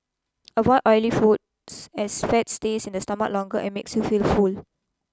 avoid oily foods as fat stays in the stomach longer and makes you feel full